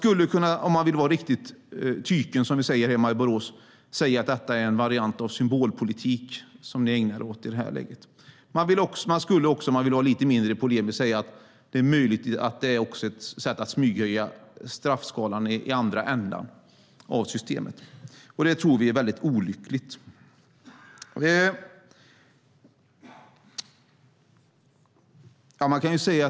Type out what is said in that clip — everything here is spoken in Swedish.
Om man vill vara riktigt tyken - som vi säger hemma i Borås - skulle man kunna säga att det är en variant av symbolpolitik som ni ägnar er åt. Om man vill vara lite mindre polemisk kan man säga att det är möjligt att det är ett sätt att smyghöja straffskalan i andra änden av systemet. Det tror vi är väldigt olyckligt.